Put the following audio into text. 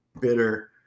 bitter